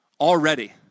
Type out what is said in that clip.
already